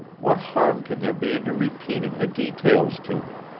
what harm can there be in your repeating the details to me?